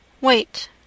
Wait